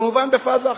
כמובן בפאזה אחרת: